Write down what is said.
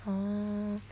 orh